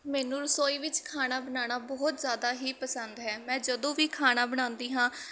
ਮੈਨੂੰ ਰਸੋਈ ਵਿੱਚ ਖਾਣਾ ਬਣਾਉਣਾ ਬਹੁਤ ਜ਼ਿਆਦਾ ਹੀ ਪਸੰਦ ਹੈ ਮੈਂ ਜਦੋਂ ਵੀ ਖਾਣਾ ਬਣਾਉਂਦੀ ਹਾਂ